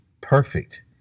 perfect